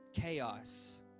chaos